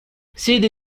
sede